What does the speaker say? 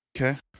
Okay